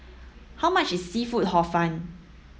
how much is seafood hor fun